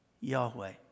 Yahweh